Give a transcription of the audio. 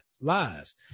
Lies